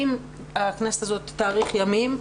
אם הכנסת הזאת תאריך ימים,